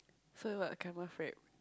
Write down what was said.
so what caramel frappe